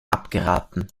abgeraten